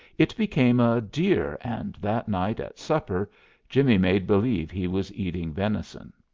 it became a deer and that night at supper jimmie made believe he was eating venison.